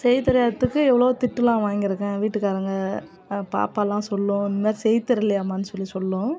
செய்யத் தெரியாததுக்கு எவ்வளோவோ திட்டுலாம் வாங்கியிருக்கேன் வீட்டுக்காரங்க பாப்பாலாம் சொல்லும் இந்த மாதிரி செய்ய தெரியலையாம்மானு சொல்லி சொல்லும்